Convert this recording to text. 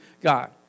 God